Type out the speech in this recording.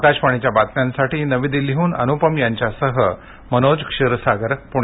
आकाशवाणीच्या बातम्यांसाठी नवी दिल्लीहून अनुपम यांच्यासह मनोज क्षीरसागर पुणे